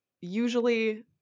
usually